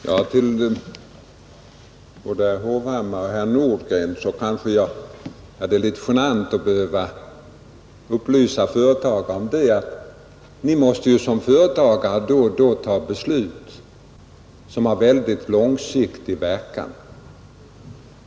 Herr talman! Till både herr Hovhammar och herr Nordgren vill jag säga att det är litet genant att behöva upplysa företagare om att de då och då måste fatta beslut som har långsiktig verkan.